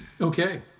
Okay